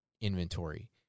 inventory